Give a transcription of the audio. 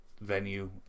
venue